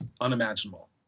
unimaginable